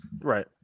Right